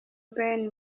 bayern